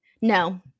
No